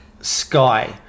Sky